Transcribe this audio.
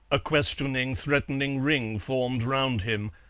a questioning, threatening ring formed round him,